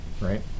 Right